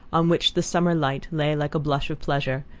on which the summer light lay like a blush of pleasure,